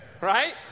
right